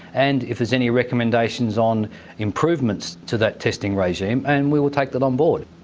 and if there's any recommendations on improvements to that testing regime, and we will take that on board.